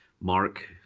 mark